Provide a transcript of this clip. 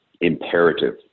imperative